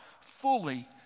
fully